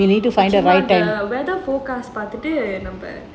பாத்துட்டு நம்ம:pathutu namma